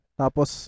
tapos